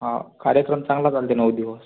हा कार्यक्रम चांगला चालते नऊ दिवस